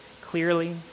clearly